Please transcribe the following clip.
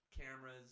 cameras